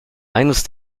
eines